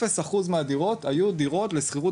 אפס אחוז מהדירות היו דירות לשכירות